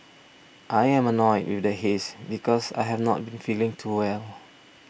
I am annoyed with the haze because I have not been feeling too well